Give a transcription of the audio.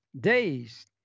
days